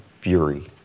fury